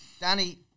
Danny